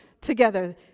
together